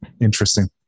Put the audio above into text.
Interesting